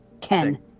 Ken